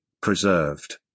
preserved